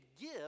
give